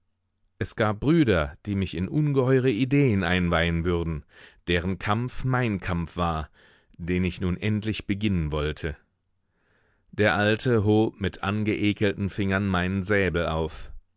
es gab brüder die mich in ungeheure ideen einweihen würden deren kampf mein kampf war den ich nun endlich beginnen wollte der alte hob mit angeekelten fingern meinen säbel auf